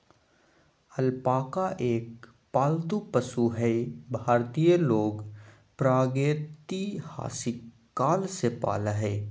alpaca एक पालतू पशु हई भारतीय लोग प्रागेतिहासिक काल से पालय हई